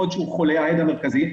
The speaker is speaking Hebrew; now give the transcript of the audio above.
יכול להיות שהעד המרכזי חולה.